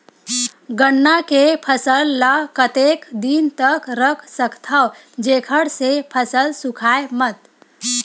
गन्ना के फसल ल कतेक दिन तक रख सकथव जेखर से फसल सूखाय मत?